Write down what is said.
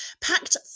packed